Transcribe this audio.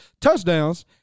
Touchdowns